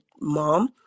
mom